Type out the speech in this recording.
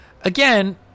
again